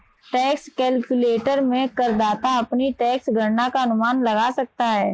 tax calculator में करदाता अपनी टैक्स गणना का अनुमान लगा सकता है